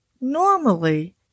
Normally